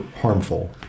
harmful